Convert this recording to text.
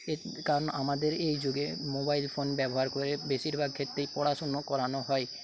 এর কারণ আমাদের এই যুগে মোবাইল ফোন ব্যবহার করে বেশিরভাগ ক্ষেত্রেই পড়াশুনো করানো হয়